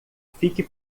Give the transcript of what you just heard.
fique